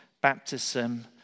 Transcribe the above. baptism